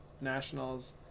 Nationals